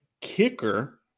kicker